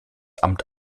amt